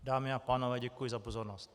Dámy a pánové, děkuji za pozornost.